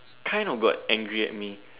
kinda got angry at me